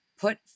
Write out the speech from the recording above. put